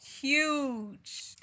Huge